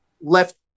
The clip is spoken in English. left